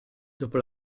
dopo